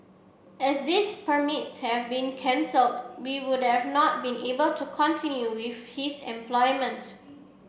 as these permits have been cancelled we would not be able to continue with his employment